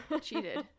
Cheated